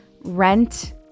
rent